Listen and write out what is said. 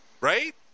right